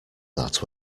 that